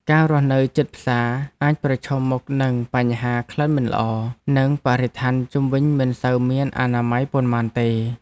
ការរស់នៅជិតផ្សារអាចប្រឈមមុខនឹងបញ្ហាក្លិនមិនល្អ និងបរិស្ថានជុំវិញមិនសូវមានអនាម័យប៉ុន្មានទេ។